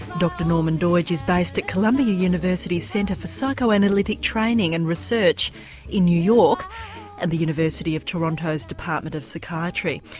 dr norman doidge is based at columbia university's center for psychoanalytic training and research in new york and the university of toronto's department of psychiatry.